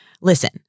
listen